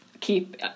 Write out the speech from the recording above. keep